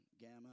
gamma